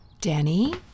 Danny